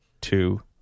two